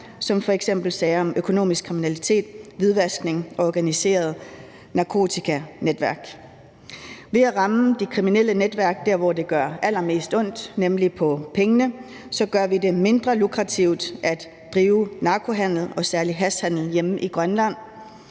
som f.eks. sager om økonomisk kriminalitet, hvidvaskning og organiseret narkotikanetværk. Ved at ramme de kriminelle netværk der, hvor det gør allermest ondt, nemlig på pengene, gør vi det mindre lukrativt at drive narkohandel og særlig hashhandel hjemme i Grønland.